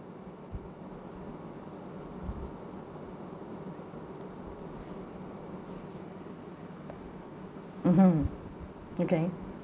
mmhmm okay